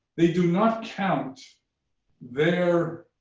they do not count their